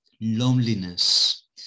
loneliness